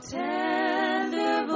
tender